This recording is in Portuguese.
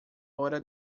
hora